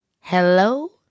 Hello